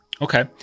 okay